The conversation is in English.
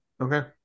Okay